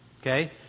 okay